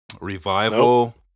Revival